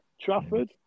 Trafford